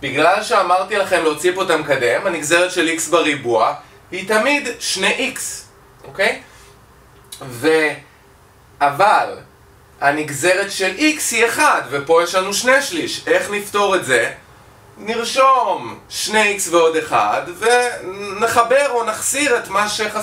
בגלל שאמרתי לכם להוציא פה את המקדם, הנגזרת של X בריבוע היא תמיד שני X אוקיי? ו... אבל... הנגזרת של X היא אחד, ופה יש לנו שני שליש איך נפתור את זה? נרשום שני X ועוד אחד ונחבר או נחסיר את מה שחסרתי